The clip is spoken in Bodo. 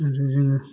जोङो